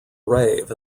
rave